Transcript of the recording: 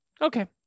Okay